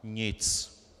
Nic!